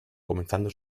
comenzando